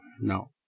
no